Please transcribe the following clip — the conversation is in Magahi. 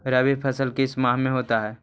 रवि फसल किस माह में होता है?